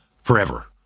forever